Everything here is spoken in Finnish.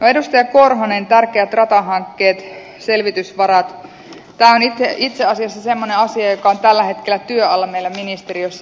edustaja korhonen tärkeät ratahankkeet selvitysvarat tämä on itse asiassa semmoinen asia joka on tällä hetkellä työn alla meillä ministeriössä